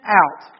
out